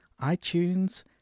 iTunes